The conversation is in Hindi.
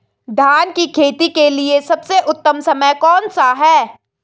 धान की खेती के लिए सबसे उत्तम समय कौनसा है?